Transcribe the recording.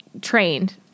trained